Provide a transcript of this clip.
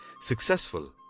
successful